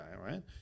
right